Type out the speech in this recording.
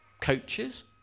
coaches